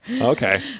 Okay